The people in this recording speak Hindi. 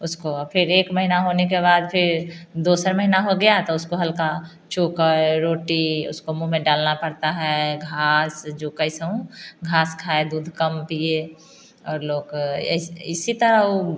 उसको फिर एक महीना होने के बाद फिर दूसरा महीना हो गया तो उसको हल्का चोकर रोटी उसको मुँह में डालना पड़ता है घास जो कई सौं घास खाए दूध कम पिए और लोग इसी तरह